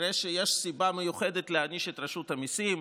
כנראה שיש סיבה מיוחדת להעניש את רשות המיסים,